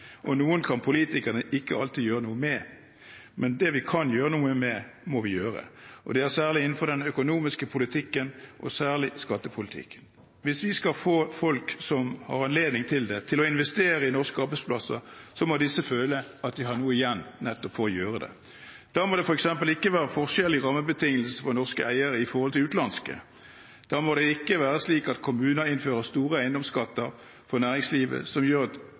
og noen kan politikerne ikke alltid gjøre noe med. Det vi kan gjøre noe med, må vi gjøre. Det er særlig innenfor den økonomiske politikken, da særlig skattepolitikken. Hvis vi skal få folk som har anledning til det, til å investere i norske arbeidsplasser, må disse føle at de har noe igjen nettopp for å gjøre det. Da må det f.eks. ikke være forskjell i rammebetingelsene for norske eiere i forhold til utenlandske. Da må det ikke være slik at kommuner innfører store eiendomsskatter for næringslivet, som gjør